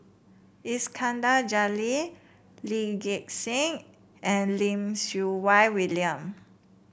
Iskandar Jalil Lee Gek Seng and Lim Siew Wai William